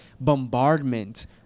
bombardment